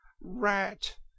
Rat